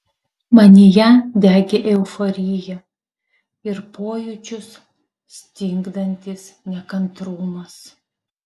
manyje degė euforija ir pojūčius stingdantis nekantrumas